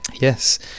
Yes